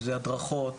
זה הדרכות,